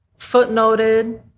footnoted